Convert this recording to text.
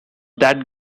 that